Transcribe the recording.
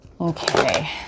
Okay